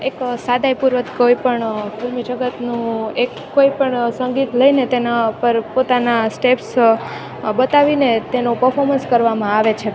એક સાદાઈપૂર્વક કોઈપણ ફિલ્મી જગતનું એક કોઈપણ સંગીત લઈને તેના ઉપર પોતાના સ્ટેપ્સ બતાવીને તેનો પરફોર્મન્સ કરવામાં આવે છે